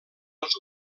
els